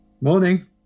Morning